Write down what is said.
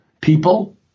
people